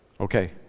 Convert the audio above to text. Okay